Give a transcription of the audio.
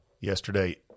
yesterday